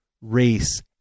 race